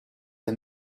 the